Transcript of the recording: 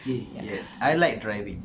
okay yes I like driving